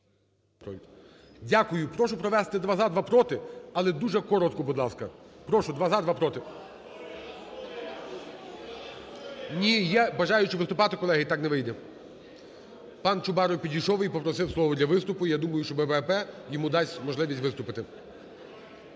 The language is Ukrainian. Дякую. Прошу провести: два – за, два – проти, але дуже коротко, будь ласка. Прошу: два – за, два – проти. Ні, є бажаючі виступати. Колеги, так не вийде. Пан Чубаров підійшов і попросив слово для виступу, я думаю, що БПП йому дасть можливість виступити.